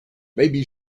maybe